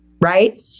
Right